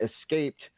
escaped